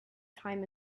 time